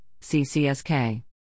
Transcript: CCSK